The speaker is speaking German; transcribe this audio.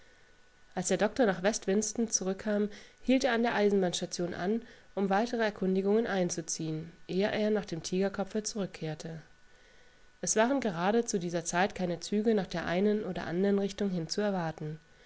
als der doktor nach west winston zurückkam hielt er an der eisenbahnstation an umweitereerkundigungeneinzuziehen eheernachdemtigerkopfezurückkehrte es waren gerade zu dieser zeit keine züge nach der einen oder andern richtung hin zu erwarten